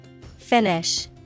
Finish